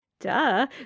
Duh